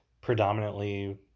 predominantly